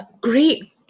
Great